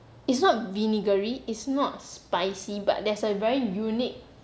it's not vinegary it's not spicy but there's a very unique